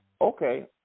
Okay